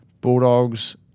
Bulldogs